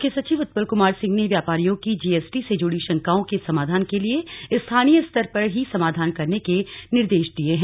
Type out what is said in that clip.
मुख्य सचिव उत्पल कुमार सिंह ने व्यापारियों की जीएसटी से जुड़ी शंकाओं के समाधान के लिए स्थानीय स्तर पर ही समाधान करने के निर्देश दिए हैं